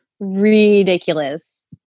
Ridiculous